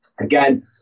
Again